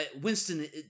Winston